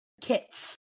kits